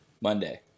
Monday